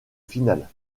finale